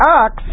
ox